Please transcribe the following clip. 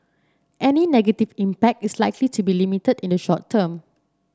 any negative impact is likely to be limited in the short term